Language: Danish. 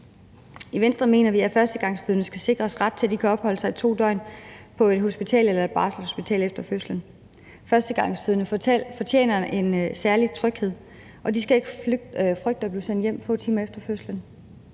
I Venstre mener vi, at førstegangsfødende skal sikres ret til at kunne opholde sig i to døgn på et hospital eller et barselshotel efter fødslen. Førstegangsfødende fortjener en særlig tryghed, og de skal ikke frygte at blive sendt hjem få timer efter fødslen.